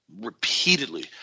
repeatedly